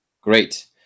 Great